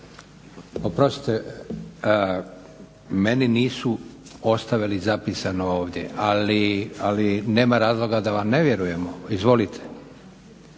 Oprostite, meni nisu ostavili zapisano ovdje. Ali nema razloga da vam ne vjerujemo. Izvolite,